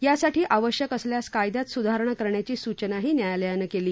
यासाठी आवश्यक असल्यास कायद्यात सुधारणा करण्याची सूचनाही न्यायालयानं केली